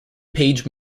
page